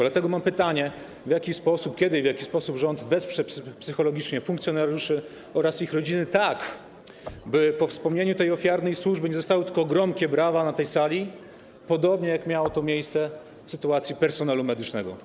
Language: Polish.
Dlatego mam pytanie, kiedy i w jaki sposób rząd wesprze psychologicznie funkcjonariuszy oraz ich rodziny, by po wspomnieniu tej ofiarnej służby nie zostały tylko gromkie brawa na tej sali, podobnie jak miało to miejsce w sytuacji personelu medycznego.